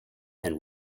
and